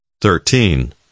thirteen